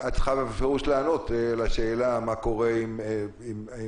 את צריכה בפירוש לענות על השאלה מה קורה אם יש